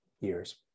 years